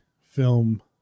film